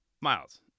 Miles